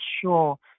sure